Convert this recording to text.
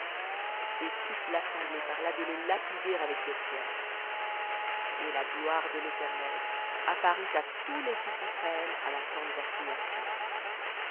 et toute l'assemblée parla de les lapider avec des pierres et la gloire de l'éternel apparut à tous les fils d'israël à la tente d'assignation